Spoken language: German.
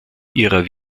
ihrer